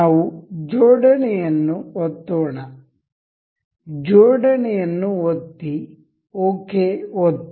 ನಾವು ಜೋಡಣೆ ಅನ್ನು ಒತ್ತೋಣ ಜೋಡಣೆ ಅನ್ನು ಒತ್ತಿಓಕೆ ಒತ್ತಿ